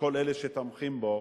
וכל אלה שתומכים בו,